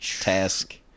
task